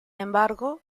embargo